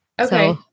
Okay